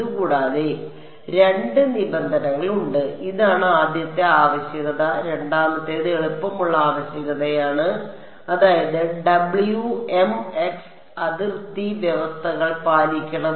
ഇതുകൂടാതെ രണ്ട് നിബന്ധനകൾ ഉണ്ട് ഇതാണ് ആദ്യത്തെ ആവശ്യകത രണ്ടാമത്തേത് എളുപ്പമുള്ള ആവശ്യകതയാണ് അതായത് Wmx അതിർത്തി വ്യവസ്ഥകൾ പാലിക്കണം